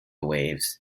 waves